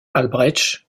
albrecht